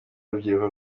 urubyiruko